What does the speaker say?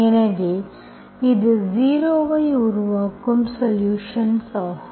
எனவே இது 0 ஐ உருவாக்கும் சொலுஷன்ஸ் ஆகும்